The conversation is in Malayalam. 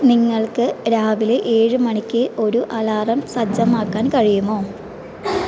നിങ്ങൾക്ക് രാവിലെ ഏഴ് മണിക്ക് ഒരു അലാറം സജ്ജമാക്കാൻ കഴിയുമോ